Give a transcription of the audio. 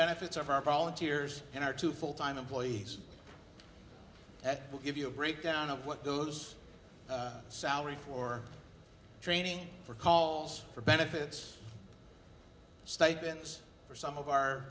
benefits of our volunteers and our two full time employees that will give you a breakdown of what those salary for training for calls for benefits statements are some of our